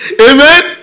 Amen